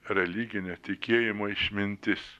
religinio tikėjimo išmintis